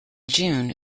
june